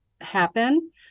happen